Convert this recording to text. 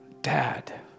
Dad